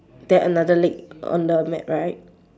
then another leg on the mat right